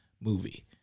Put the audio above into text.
movie